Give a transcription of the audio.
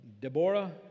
Deborah